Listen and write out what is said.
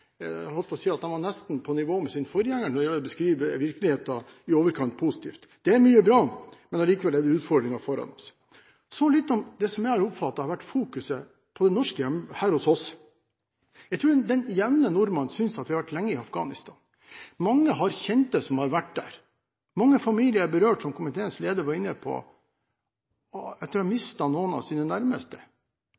Jeg oppfattet deler av utenriksministerens redegjørelse som om han nesten er på nivå med sin forgjenger når det gjelder å beskrive virkeligheten i overkant positivt. Det er mye bra, men allikevel er det utfordringer foran oss. Så litt om det som jeg har oppfattet at har vært fokuset her hos oss: Jeg tror den jevne nordmann synes at vi har vært lenge i Afghanistan. Mange har kjente som har vært der. Mange familier er berørt, som komiteens leder var inne på, etter å ha